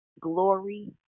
glory